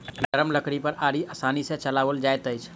नरम लकड़ी पर आरी आसानी सॅ चलाओल जाइत अछि